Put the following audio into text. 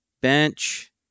bench